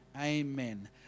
Amen